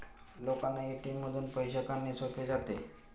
लोकांना ए.टी.एम मधून पैसे काढणे सोपे जाते